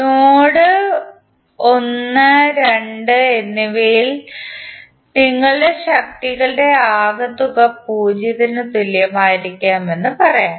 node 1 2 എന്നിവയിൽ നിങ്ങളുടെ ശക്തികളുടെ ആകെത്തുക 0 ന് തുല്യമായിരിക്കണമെന്ന് പറയാം